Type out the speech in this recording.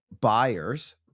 buyers